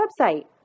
website